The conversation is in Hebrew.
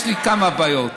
יש לי כמה בעיות.